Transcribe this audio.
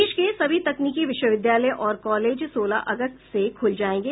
देश के सभी तकनीकी विश्वविद्यालय और कॉलेज सोलह अगस्त से खुल जायेंगे